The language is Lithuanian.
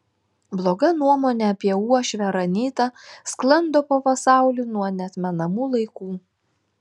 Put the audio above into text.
bloga nuomonė apie uošvę ar anytą sklando po pasaulį nuo neatmenamų laikų